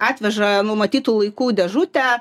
atveža numatytu laiku dėžutę